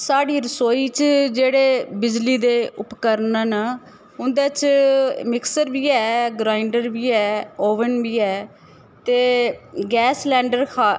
साढ़ी रसोई च जेह्ड़े बिजली दे उपकरण न उं'दे च मिक्सर बी ऐ ग्राईंडर बी ऐ ओवन बी ऐ ते गैस सलैंडर खा